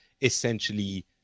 essentially